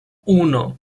uno